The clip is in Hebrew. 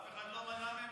אף אחד לא מנע מהם להתחתן.